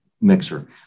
mixer